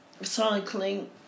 cycling